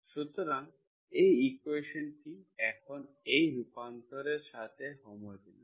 সুতরাং এই ইকুয়েশনটি এখন এই রূপান্তরের সাথে হোমোজেনিয়াস